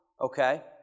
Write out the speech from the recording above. okay